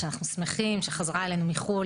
שאנחנו שמחים שחזרה אלינו מחו"ל,